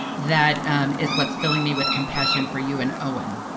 that um is what's filling me with compassion for you and owen.